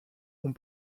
ont